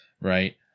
Right